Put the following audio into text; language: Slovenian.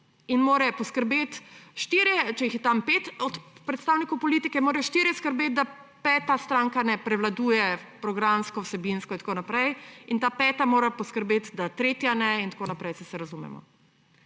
neodvisnosti spoštujejo. Če je tam pet predstavnikov politike, morajo štirje skrbeti, da peta stranka ne prevladuje programsko, vsebinsko in tako naprej. In ta peta mora poskrbeti, da tretja ne in tako naprej, saj se razumemo.